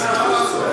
שיהיה לך אינטגריטי.